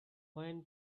when